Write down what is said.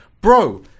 bro